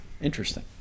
interesting